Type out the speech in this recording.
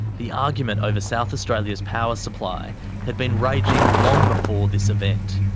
the argument over south australia's power supply had been raging long before this event.